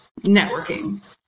networking